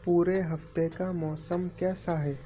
پورے ہفتے کا موسم کیسا ہے